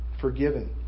forgiven